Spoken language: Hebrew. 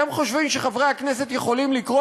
אתם חושבים שחברי הכנסת יכולים לקרוא